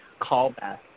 callback